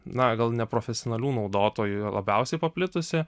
na gal neprofesionalių naudotojų labiausiai paplitusi